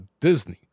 Disney